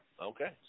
Okay